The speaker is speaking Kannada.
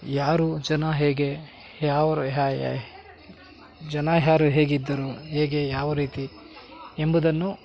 ಯಾರು ಜನ ಹೇಗೆ ಯಾವ್ರು ಜನ ಯಾರು ಹೇಗಿದ್ದರು ಹೇಗೆ ಯಾವ ರೀತಿ ಎಂಬುದನ್ನು